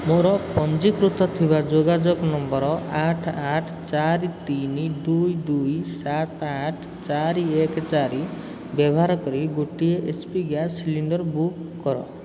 ମୋର ପଞ୍ଜୀକୃତ ଥିବା ଯୋଗାଯୋଗ ନମ୍ବର୍ ଆଠ ଆଠ ଚାରି ତିନି ଦୁଇ ଦୁଇ ସାତ ଆଠ ଚାରି ଏକ ଚାରି ବ୍ୟବାହାର କରି ଗୋଟିଏ H P gas cylinder book କର